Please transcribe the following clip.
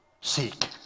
Seek